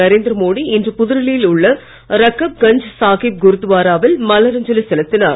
நரேந்திர மோடி இன்று புதுடெல்லியில் உள்ள ரக்கப் கஞ்ச் சாகிப் குருத்வாராவில் மலர் அஞ்சலி செலுத்தினார்